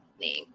name